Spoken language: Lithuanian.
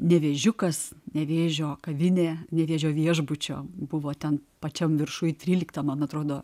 devėžiukas nevėžio kavinė nevėžio viešbučio buvo ten pačiam viršuj tryliktam man atrodo